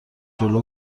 جلو